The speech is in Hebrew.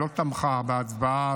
היא לא תמכה בהצעה,